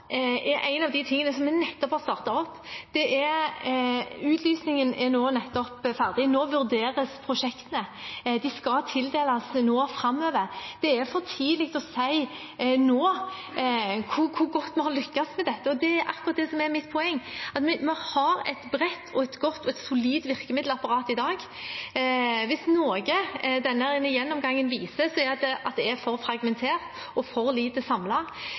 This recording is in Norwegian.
er en av de tingene vi nettopp har startet opp. Utlysningen er nettopp ferdig. Nå vurderes prosjektene. De skal tildeles nå framover. Det er for tidlig å si nå hvor godt vi har lyktes med dette. Det er akkurat det som er mitt poeng, at vi har et bredt og godt og solid virkemiddelapparat i dag. Hvis det er noe denne gjennomgangen viser, er det at det er for fragmentert og for lite